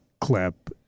clip